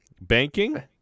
Banking